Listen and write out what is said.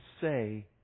say